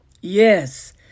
Yes